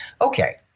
Okay